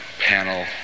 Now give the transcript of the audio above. panel